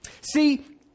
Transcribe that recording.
See